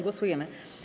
Głosujemy.